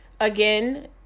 again